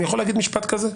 אני יכול להגיד משפט כזה?